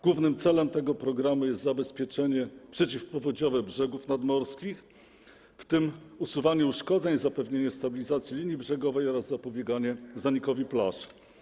Głównym celem tego programu jest zabezpieczenie przeciwpowodziowe brzegów nadmorskich, w tym usuwanie uszkodzeń, zapewnienie stabilizacji linii brzegowej oraz zapobieganie zanikowi plaż.